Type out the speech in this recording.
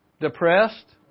Depressed